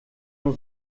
nur